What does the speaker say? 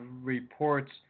reports